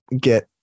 get